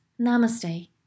Namaste